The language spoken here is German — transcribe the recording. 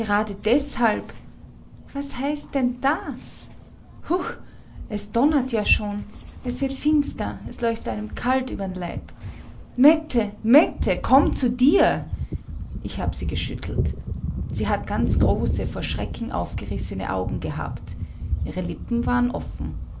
gerade deshalb was heißt denn das hu es donnert ja schon es wird finster es läuft einem kalt übern leib mette mette komm zu dir ich hab sie geschüttelt sie hat ganz große vor schrecken aufgerissene augen gehabt ihre lippen waren offen